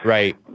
Right